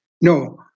No